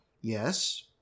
yes